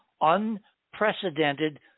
unprecedented